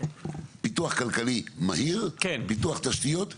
פיתוח כלכלי מהיר, פיתוח תשתיות איטי.